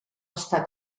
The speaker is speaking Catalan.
està